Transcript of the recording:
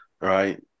Right